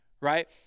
right